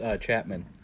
Chapman